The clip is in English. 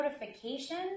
notification